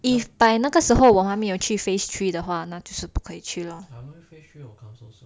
if by 那个时候还没有 phase three 的话那就是不可以去咯